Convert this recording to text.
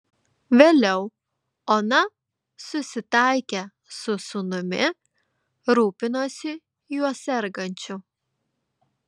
vėliau ona susitaikė su sūnumi rūpinosi juo sergančiu